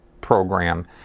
program